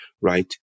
right